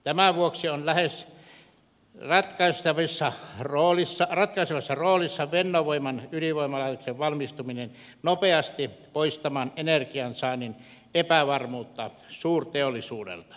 tämän vuoksi on lähes ratkaisevassa roolissa fennovoiman ydinvoimalaitoksen valmistuminen nopeasti poistamaan energiansaannin epävarmuutta suurteollisuudelta